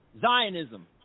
Zionism